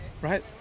right